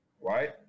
right